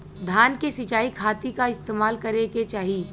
धान के सिंचाई खाती का इस्तेमाल करे के चाही?